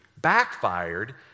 backfired